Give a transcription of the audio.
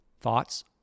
thoughts